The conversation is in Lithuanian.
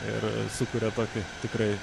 ir sukuria tokį tikrai